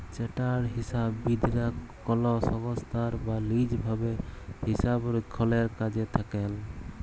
chartered হিসাববিদ রা কল সংস্থায় বা লিজ ভাবে হিসাবরক্ষলের কাজে থাক্যেল